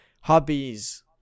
Hobbies